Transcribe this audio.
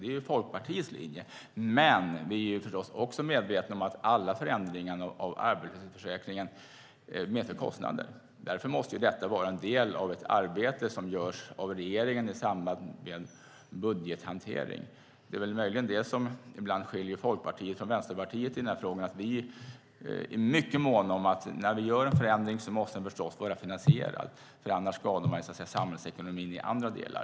Det är Folkpartiets linje, men vi är förstås också medvetna om att alla förändringar av arbetslöshetsförsäkringen medför kostnader. Därför måste detta vara en del av ett arbete som görs av regeringen i samband med en budgethantering. Vad som möjligen ibland skiljer Vänsterpartiet från Folkpartiet i den här frågan är att vi är mycket måna om att en förändring som vi gör måste vara finansierad, för annars skadar man samhällsekonomin i andra delar.